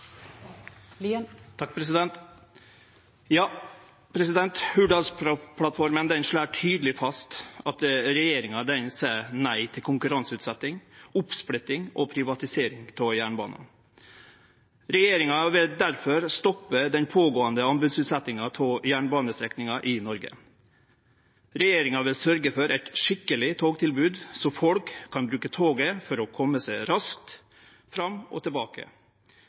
slår tydeleg fast at regjeringa seier nei til konkurranseutsetjing, oppsplitting og privatisering av jernbana. Regjeringa vil difor stoppe den pågåande anbodsutsetjinga av jernbanestrekningar i Noreg. Regjeringa vil sørgje for eit skikkeleg togtilbod, så folk kan bruke toget for å kome seg raskt fram og tilbake.